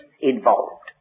involved